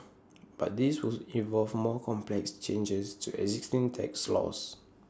but this would involve more complex changes to existing tax laws